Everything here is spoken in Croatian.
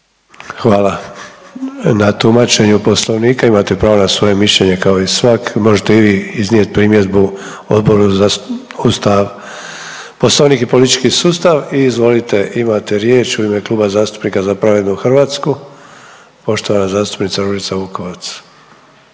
Hvala na tumačenju Poslovnika. Imate pravo na svoje mišljenje kao i svak. Možete i vi iznijeti primjedbu Odboru za Ustav, Poslovnik i politički sustav. I izvolite imate riječ u ime Kluba zastupnika Za pravednu Hrvatsku. Poštovana zastupnica Ružica Vukovac.